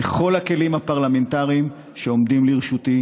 בכל הכלים הפרלמנטריים שעומדים לרשותי